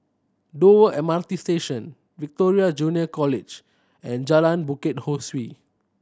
Dover M R T Station Victoria Junior College and Jalan Bukit Ho Swee